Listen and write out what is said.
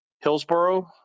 Hillsboro